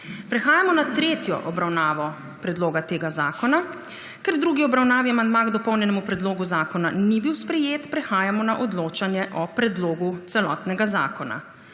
Prehajamo na tretjo obravnavo predloga zakona. Ker v drugi obravnavi amandma k dopolnjenemu predlogu zakona ni bil sprejet, prehajamo na odločanje o predlogu celotnega zakona.